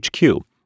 HQ